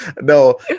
No